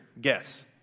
Guess